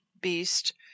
beast